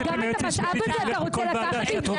גם את המשאב הזה אתה רוצה לקחת לי?